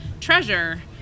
treasure